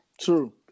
true